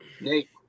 Nate